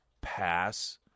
pass